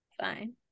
fine